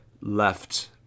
left